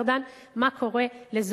אתה יכול לדמיין לך,